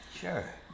Sure